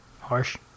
Harsh